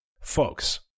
Folks